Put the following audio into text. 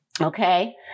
Okay